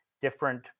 different